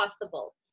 possible